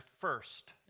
first